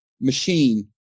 machine